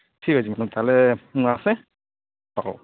ଠିକ୍ ଅଛି ମୁଁ ତାହେଲେ ମୁଁ ଆସେ ହଉ